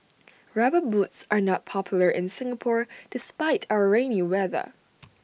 rubber boots are not popular in Singapore despite our rainy weather